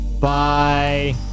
Bye